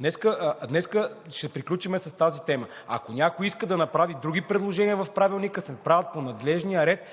днес ще приключим с тази тема. Ако някой иска да направи други предложения в Правилника, да се направят по надлежния ред.